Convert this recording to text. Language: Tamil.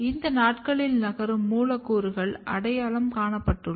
இந்த நாட்களில் நகரும் மூலக்கூறுகள் அடையாளம் காணப்பட்டுள்ளது